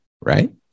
right